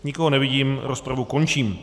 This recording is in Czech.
Nikoho nevidím, rozpravu končím.